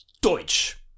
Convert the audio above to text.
Deutsch